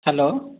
hello